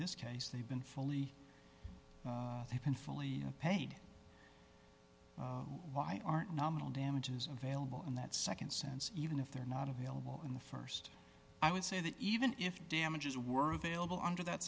this case they've been fully they've been fully paid why aren't nominal damages available in that nd sense even if they're not available in the st i would say that even if damages were available under that